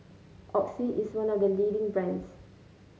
Oxy is one of the leading brands